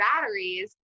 batteries